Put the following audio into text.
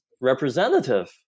representative